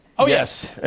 oh, yes.